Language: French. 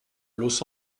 los